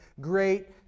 great